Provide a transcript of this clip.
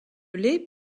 l’est